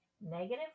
negative